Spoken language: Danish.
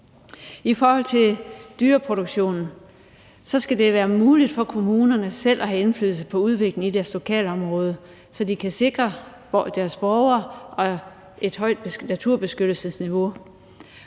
I forhold til dyreproduktionen skal det være muligt for kommunerne selv at have indflydelse på udviklingen i deres lokalområde, så de kan sikre deres borgere og sikre et højt naturbeskyttelsesniveau,